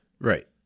Right